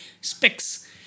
specs